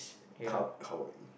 how how about you